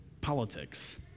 politics